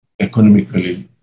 economically